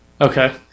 Okay